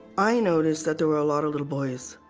i noticed that there were a lot of little boys.